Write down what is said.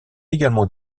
également